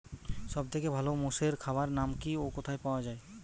সব থেকে ভালো মোষের খাবার নাম কি ও কোথায় পাওয়া যায়?